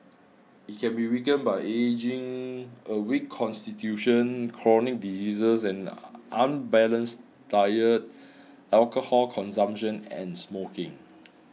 it can be weakened by ageing a weak constitution chronic diseases an unbalanced diet alcohol consumption and smoking